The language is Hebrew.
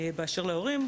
באשר להורים,